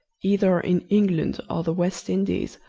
either in england or the west indies,